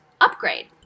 upgrade